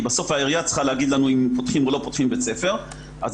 כי העירייה צריכה להגיד לנו אם פותחים או לא פותחים בית ספר אז